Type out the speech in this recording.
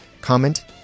Comment